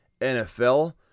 NFL